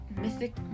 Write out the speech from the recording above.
mythic